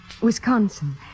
Wisconsin